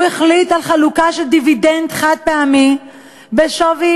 הוא החליט על חלוקה של דיבידנד חד-פעמי בשווי,